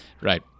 right